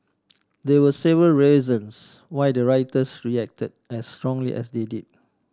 there were several reasons why the rioters reacted as strongly as they did